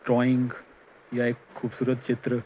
drawing ਜਾਂ ਇੱਕ ਖੂਬਸੂਰਤ ਚਿੱਤਰ